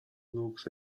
looks